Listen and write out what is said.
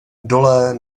dole